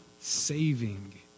Saving